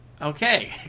Okay